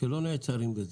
שלא נעצרים בזה,